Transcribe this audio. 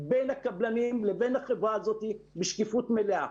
בין הקבלנים לבין החברה הזאת בשקיפות מלאה.